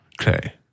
Okay